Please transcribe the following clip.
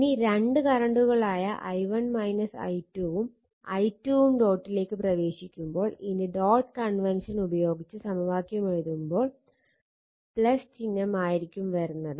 ഇനി രണ്ട് കറണ്ടുകളായ i1 i2 ഉം i2 ഉം ഡോട്ടിലേക്ക് പ്രവേശിക്കുമ്പോൾ ഇനി ഡോട്ട് കൺവെൻഷൻ ഉപയോഗിച്ച് സമവാക്യം എഴുതുമ്പോൾ ചിഹ്നം ആയിരിക്കും വരുന്നത്